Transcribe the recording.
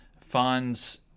finds